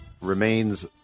remains